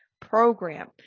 program